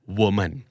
woman